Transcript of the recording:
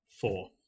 Four